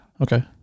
Okay